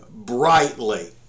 Brightly